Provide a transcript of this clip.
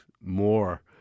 more